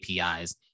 APIs